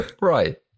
Right